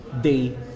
Day